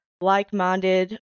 like-minded